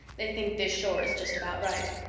they think this shore is just about right.